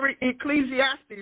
Ecclesiastes